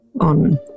on